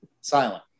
silent